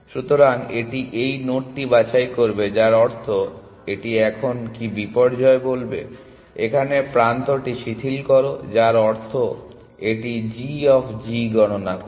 সুতরাং এটি এই নোডটি বাছাই করবে যার অর্থ এটি এখন কী বিপর্যয় বলবে এখানে প্রান্তটি শিথিল করো যার অর্থ এটি g অফ g গণনা করবে